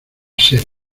ser